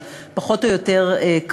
אבל פחות או יותר כך,